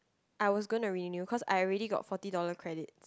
I was gonna renew cause I already got forty dollar credits